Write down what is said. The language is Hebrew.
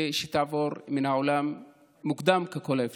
ושתעבור מן העולם מוקדם ככל האפשר.